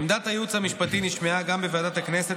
עמדת הייעוץ המשפטי נשמעה גם בוועדת הכנסת